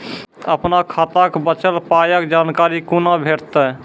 अपन खाताक बचल पायक जानकारी कूना भेटतै?